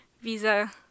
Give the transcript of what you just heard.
visa